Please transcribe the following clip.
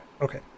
okay